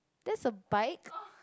that's a bike